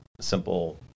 simple